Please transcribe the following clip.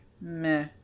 meh